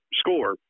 score